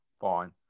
Fine